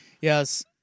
yes